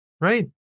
right